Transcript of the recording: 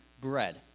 bread